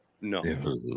no